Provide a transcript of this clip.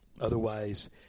Otherwise